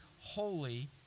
holy